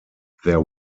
there